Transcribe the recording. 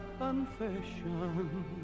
confession